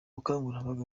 bukangurambaga